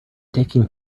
taking